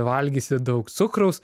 valgysi daug cukraus